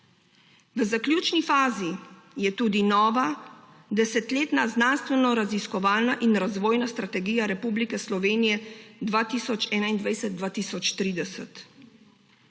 V zaključni fazi je tudi nova, desetletna znanstvenoraziskovalna in razvojna strategija Republike Slovenije 2021–2030.